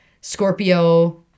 Scorpio